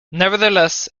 nevertheless